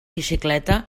bicicleta